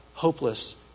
hopeless